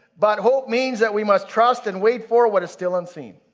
but hope means that we must trust and wait for what is still unseen.